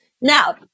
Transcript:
Now